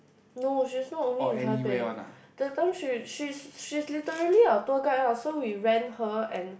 no she's not only in Taipei that time she she's she's literally our tour guide ah so we rent her and